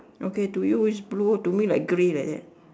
okay to you is blue to me like grey like that